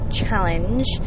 challenge